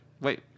Wait